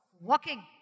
walking